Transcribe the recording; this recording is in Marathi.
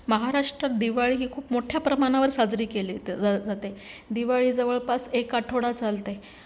महाराष्ट्रात दिवाळी ही खूप मोठ्या प्रमाणावर साजरी केली ज जाते दिवाळी जवळपास एक आठवडा चालते